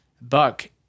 buck